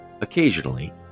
Occasionally